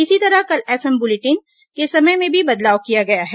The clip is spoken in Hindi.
इसी तरह कल एफएफ बुलेटिन के समय में भी बदलाव किया गया है